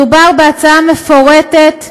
מדובר בהצעה מפורטת,